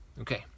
Okay